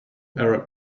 arab